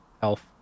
Health